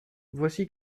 voici